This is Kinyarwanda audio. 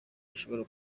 bashobora